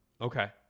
Okay